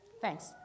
Thanks